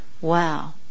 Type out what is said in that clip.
wow